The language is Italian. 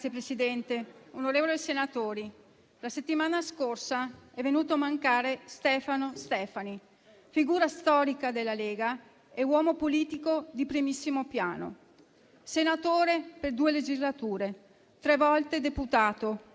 Signor Presidente, onorevoli senatori, la settimana scorsa è venuto a mancare Stefano Stefani, figura storica della Lega e uomo politico di primissimo piano. Senatore per due legislature, tre volte deputato,